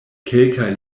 kelkaj